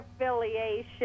affiliation